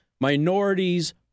minorities